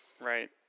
Right